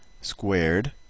squared